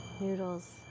noodles